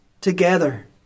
together